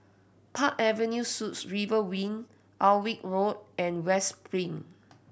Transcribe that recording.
Park Avenue Suites River Wing Alnwick Road and West Spring